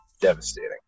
devastating